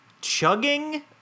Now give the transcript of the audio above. chugging